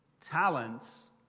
talents